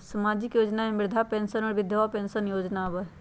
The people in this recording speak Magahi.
सामाजिक योजना में वृद्धा पेंसन और विधवा पेंसन योजना आबह ई?